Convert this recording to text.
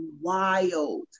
wild